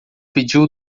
pediu